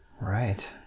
right